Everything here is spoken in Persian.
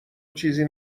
چیزی